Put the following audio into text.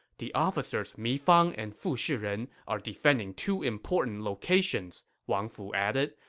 the officers mi fang and fu shiren are defending two important locations, wang fu added,